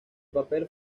papel